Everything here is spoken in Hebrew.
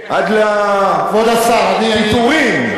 כבוד השר, אני, לפיטורין.